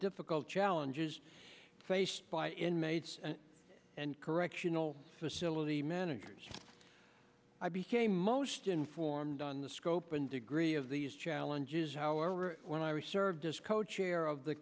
difficult challenges faced by inmates and correctional facility managers i became most informed on the scope and degree of these challenges however when i was served isco chair of the